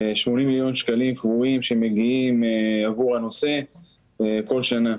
80 מיליון שקלים קבועים שמגיעים עבור הנושא כל שנה.